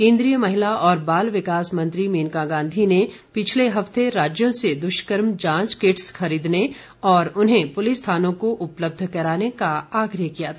केन्द्रीय महिला और बाल विकास मंत्री मेनका गांधी ने पिछले हफ्ते राज्यों से दृष्कर्म जांच किट्स खरीदने और उन्हें पुलिस थानों को उपलब्ध कराने का आग्रह किया था